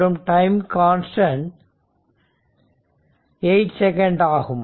மற்றும் time constant 8 second ஆகும்